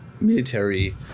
military